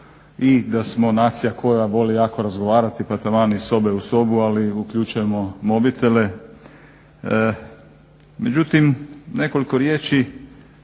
i da smo nacija koja voli jako razgovarati pa taman iz sobe u sobu, ali uključujemo mobitele. Međutim, nekoliko riječi